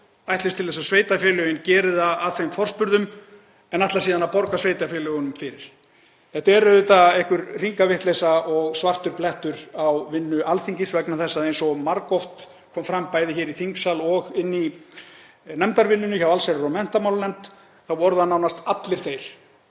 ætlist til þess að sveitarfélögin geri það að þeim forspurðum en ætli síðan að borga sveitarfélögunum fyrir. Þetta er auðvitað einhver hringavitleysa og svartur blettur á vinnu Alþingis vegna þess að eins og margoft kom fram, bæði hér í þingsal og inni í nefndarvinnunni hjá allsherjar- og menntamálanefnd, voru það nánast allir,